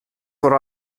vor